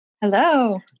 Hello